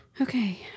okay